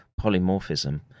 polymorphism